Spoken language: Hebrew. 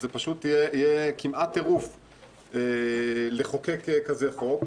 זה פשוט יהיה כמעט טירוף לחוקק כזה חוק.